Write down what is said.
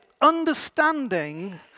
understanding